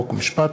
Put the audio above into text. חוק ומשפט.